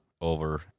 over